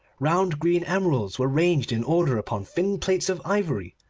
round green emeralds were ranged in order upon thin plates of ivory,